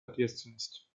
ответственность